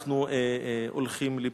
אנחנו הולכים ליפול.